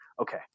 Okay